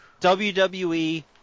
WWE